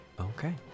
okay